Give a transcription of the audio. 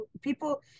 people